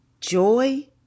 joy